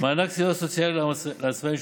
מענק סיוע סוציאלי לעצמאים,